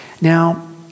Now